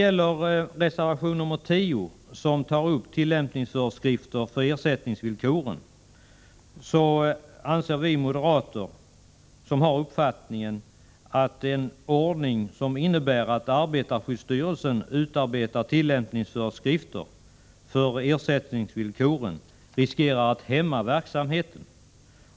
I reservation 10, som behandlar tillämpningsföreskrifter för ersättningsvillkoren, anser vi moderater att en ordning som innebär att arbetarskydds styrelsen utarbetar tillämpningsföreskrifter för ersättningsvillkoren, riskerar att hämma verksamheten.